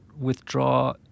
withdraw